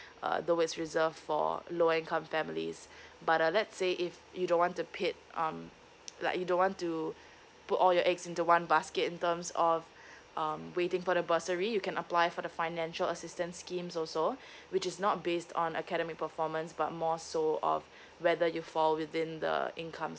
uh though it's reserved for lower income families but uh let's say if you don't want to pit um like you don't want to put all your eggs into one basket in terms of um waiting for the bursary you can apply for the financial assistance schemes also which is not based on academic performance but more so of whether you fall within the income